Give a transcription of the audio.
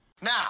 Now